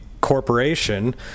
corporation